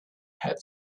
had